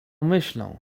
myślą